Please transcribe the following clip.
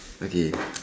okay